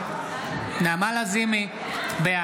נגד